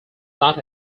not